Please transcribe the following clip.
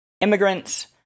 immigrants